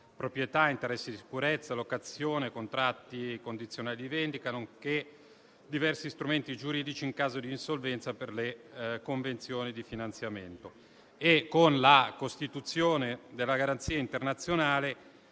proprietà, interessi di sicurezza, locazioni e contratti condizionali di vendita, nonché diversi strumenti giuridici in caso di insolvenza per le convenzioni di finanziamento. Con la costituzione della garanzia internazionale,